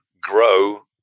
grow